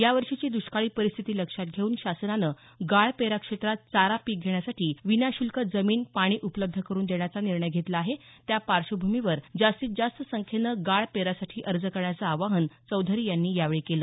यावर्षीची दष्काळी परिस्थिती लक्षात घेऊन शासनानं गाळ पेरा क्षेत्रात चारा पिक घेण्यासाठी विनाश्रल्क जमीन पाणी उपलब्ध करुन देण्याचा निर्णय घेतला आहे त्या पार्श्वभूमीवर जास्तीत जास्त संख्येनं गाळ पेरासाठी अर्ज करण्याचं आवाहन चौधरी यांनी यावेळी केलं